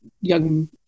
young